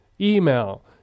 email